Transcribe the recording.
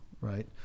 right